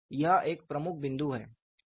यह एक प्रमुख बिंदु है